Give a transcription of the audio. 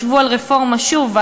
ישבו על רפורמה שוב,